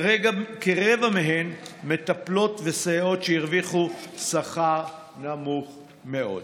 כרגע כרבע מהן מטפלות וסייעות שהרוויחו שכר נמוך מאוד.